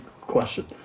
question